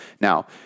Now